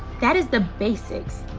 that is the basics.